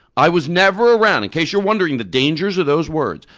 i was never around. in case you're wondering the dangers of those words.